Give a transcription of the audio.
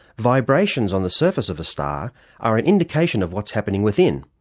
vibrations on the surface of a star are an indication of what's happening within,